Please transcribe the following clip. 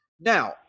Now